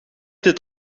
dit